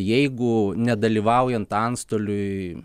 jeigu nedalyvaujant antstoliui